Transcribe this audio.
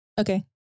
Okay